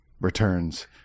returns